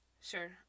Sure